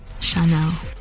Chanel